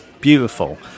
Beautiful